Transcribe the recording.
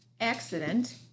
accident